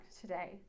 today